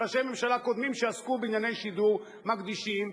לזמן שראשי ממשלה קודמים שעסקו בענייני שידור היו מקדישים,